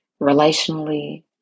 Relationally